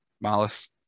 malice